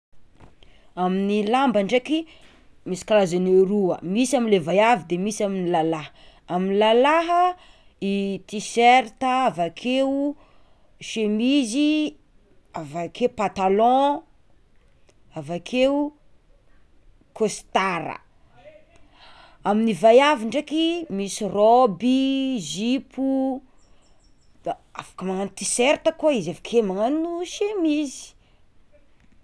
Amin'ny lamba ndraiky misy karazany aroa misy amle vaiavy de misy amy lalah amy lalah i tiserta avakeo chemizy, avakeo patalon, avakeo costara, amin'ny vaiavy ndraiky, misy rôby zipo, afaka magnano tiserta koa izy avekeo magnagno semizy.